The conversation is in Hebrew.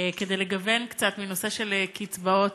כדי לגוון קצת מנושא של קצבאות,